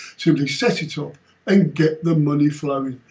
simply set it up and get the money flowing.